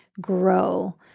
grow